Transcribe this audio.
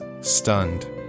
stunned